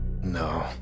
No